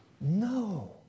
No